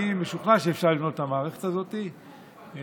אני משוכנע שאפשר לבנות את המערכת הזאת של